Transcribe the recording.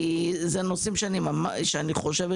אלה נושאים שאני חושבת